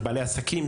בעלי עסקים,